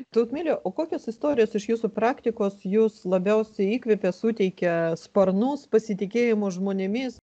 tautmile o kokios istorijos iš jūsų praktikos jus labiausiai įkvepia suteikia sparnus pasitikėjimo žmonėmis